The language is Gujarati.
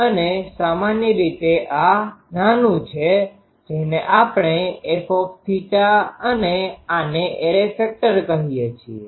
અને સામાન્ય રીતે આ નાનું છે જેને આપણે fθ અને આને એરે ફેક્ટર કહીએ છીએ